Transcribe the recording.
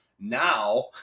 Now